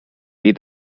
feed